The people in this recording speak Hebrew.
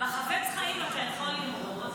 בחפץ חיים אתה יכול לראות,